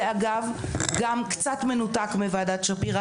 זה, אגב, גם קצת מנותק מוועדת שפירא.